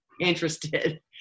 interested